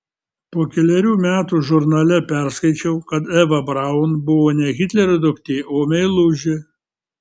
po kelerių metų žurnale perskaičiau kad eva braun buvo ne hitlerio duktė o meilužė